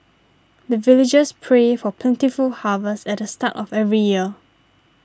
the villagers pray for plentiful harvest at the start of every year